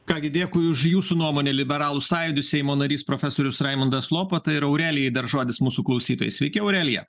ką gi dėkui už jūsų nuomonę liberalų sąjūdis seimo narys profesorius raimundas lopata ir aurelijai dar žodis mūsų klausytojai sveiki aurelija